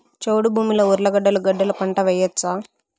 చౌడు భూమిలో ఉర్లగడ్డలు గడ్డలు పంట వేయచ్చా?